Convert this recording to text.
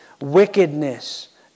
wickedness